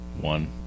One